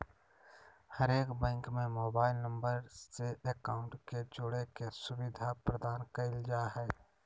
हरेक बैंक में mobile number से अकाउंट के जोड़े के सुविधा प्रदान कईल जा हइ